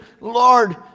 Lord